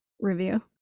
review